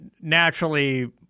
naturally